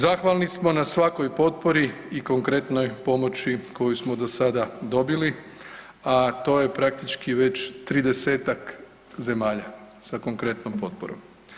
Zahvalni smo na svakoj potpori i konkretnoj pomoći koju smo do sada dobili, a to je praktički već 30-tak zemalja sa konkretnom potporom.